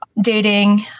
dating